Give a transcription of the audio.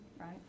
Right